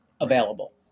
available